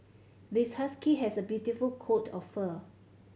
this husky has a beautiful coat of fur